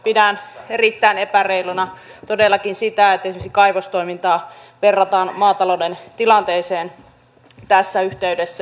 pidän erittäin epäreiluna todellakin sitä että esimerkiksi kaivostoimintaa verrataan maatalouden tilanteeseen tässä yhteydessä